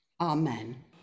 Amen